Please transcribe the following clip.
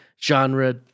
Genre